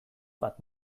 bat